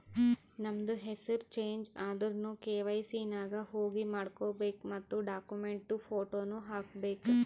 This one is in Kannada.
ನಮ್ದು ಹೆಸುರ್ ಚೇಂಜ್ ಆದುರ್ನು ಕೆ.ವೈ.ಸಿ ನಾಗ್ ಹೋಗಿ ಮಾಡ್ಕೋಬೇಕ್ ಮತ್ ಡಾಕ್ಯುಮೆಂಟ್ದು ಫೋಟೋನು ಹಾಕಬೇಕ್